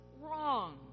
wrong